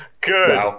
good